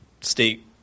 state